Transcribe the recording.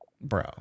Bro